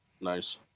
nice